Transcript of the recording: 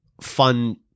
fun